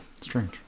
strange